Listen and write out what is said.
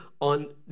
on